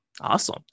Awesome